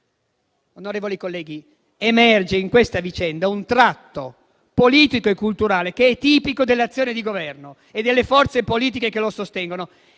emerge in questa vicenda un tratto politico e culturale che è tipico dell'azione di questo Governo e delle forze politiche che lo sostengono,